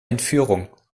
entführung